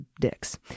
dicks